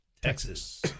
Texas